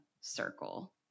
circle